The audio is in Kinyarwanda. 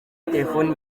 telefoni